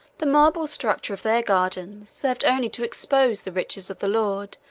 the marble structure of their gardens served only to expose the riches of the lord,